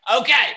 Okay